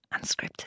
unscripted